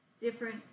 different